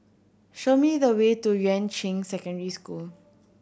show me the way to Yuan Ching Secondary School